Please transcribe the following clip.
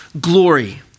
glory